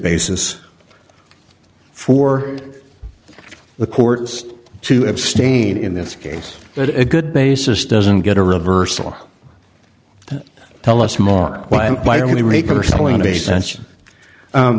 basis for the court to abstain in this case but a good basis doesn't get a reversal tell us m